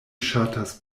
ŝatas